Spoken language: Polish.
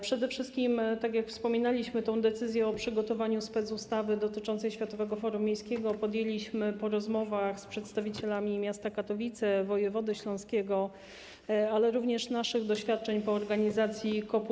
Przede wszystkim, tak jak wspominaliśmy, decyzję o przygotowaniu specustawy dotyczącej Światowego Forum Miejskiego podjęliśmy po rozmowach z przedstawicielami miasta Katowice, wojewody śląskiego, ale również w odniesieniu do naszych doświadczeń po organizacji COP24.